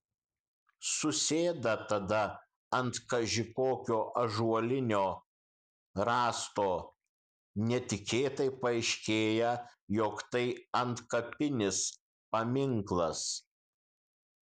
susėda tada ant kaži kokio ąžuolinio rąsto netikėtai paaiškėja jog tai antkapinis paminklas